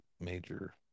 major